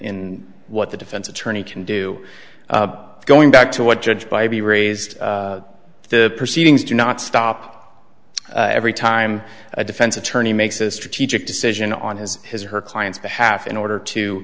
what the defense attorney can do going back to what judge by be raised the proceedings do not stop every time a defense attorney makes a strategic decision on his his or her client's behalf in order to